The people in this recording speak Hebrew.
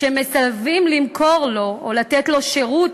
מסרבים למכור לו או לתת לו שירות